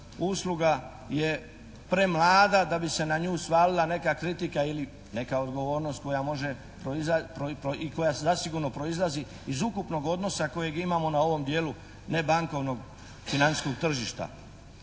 usluga je premlada da bi se na nju svalila neka kritika ili neka odgovornost koja zasigurno proizlazi iz ukupnog odnosa kojeg imamo na ovom dijelu nebankovnog financijskog tržišta